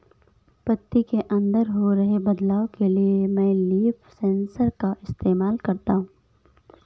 पत्ती के अंदर हो रहे बदलाव के लिए मैं लीफ सेंसर का इस्तेमाल करता हूँ